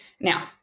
Now